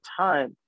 time